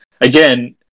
again